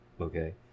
Okay